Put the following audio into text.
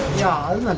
john